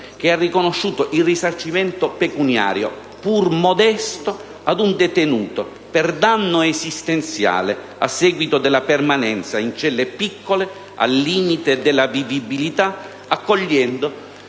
che ha riconosciuto il risarcimento pecuniario, pur modesto, ad un detenuto per danno esistenziale a seguito della permanenza in celle piccole, al limite della vivibilità, accogliendo